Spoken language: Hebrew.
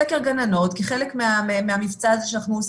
זה הגיע בסקר גננות כחלק מהמבצע הזה שאנחנו עושים.